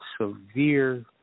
severe